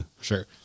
Sure